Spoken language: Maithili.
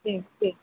ठीक ठीक